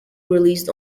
released